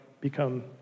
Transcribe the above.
become